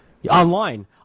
Online